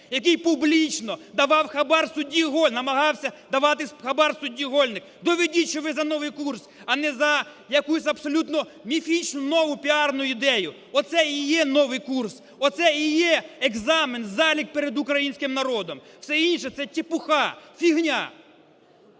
який публічно давав хабар судді, намагався давати хабар судді Гольник. Доведіть, що ви за новий курс, а не за якусь абсолютно міфічну нову піарну ідею. Оце і є новий курс, оце і є екзамен, залік перед українським народом! Все інше – це чепуха, фігня!